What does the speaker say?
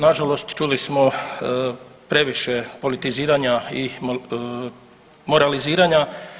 Na žalost čuli smo previše politiziranja i moraliziranja.